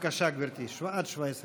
בבקשה, גברתי, עד 17 דקות.